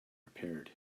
repaired